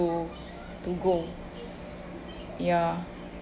to go ya